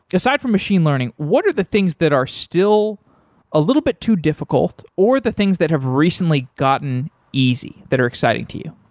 aside from machine learning, what are the things that are still a little bit too difficult, or the things that have recently gotten easy that are exciting to you?